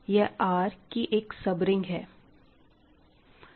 यह R की एक सब रिंग है